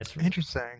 Interesting